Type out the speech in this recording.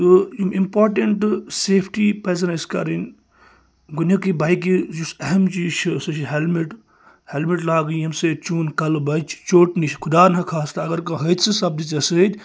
تہٕ یِم important safety پَزَن اَسہِ کَرٕنۍ گۅڈنِکُے بایکہِ یُس أہم چیٖز چھُ سٔہ چھُ ہیلمِٹ ہیلمِٹ لاگٕنۍ ییٚمہِ سٍتۍ چون کَلہٕ بَچہِ چوٹہٕ نِش خُدا نہَ خاستا اَگَر کانٛہہ حٲدۍثہٕ سَپدِ ژےٚ سٍتۍ